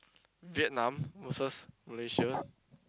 Vietnam versus Malaysia